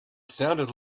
sounded